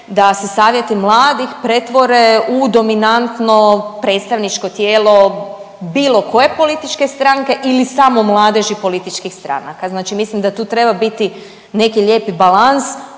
da se savjeti mladih pretvore u dominantno predstavničko tijelo bilo koje političke stranke ili samo mladeći političkih stranaka, znači mislim da tu treba biti neki lijepo balans